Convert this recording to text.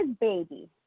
baby